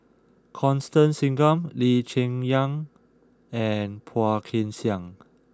Constance Singam Lee Cheng Yan and Phua Kin Siang